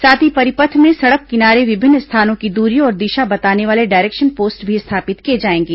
साथ ही परिपथ में सड़क किनारे विभिन्न स्थानों की दूरी और दिशा बताने वाले डायरेक्शन पोस्ट भी स्थापित किए जाएंगे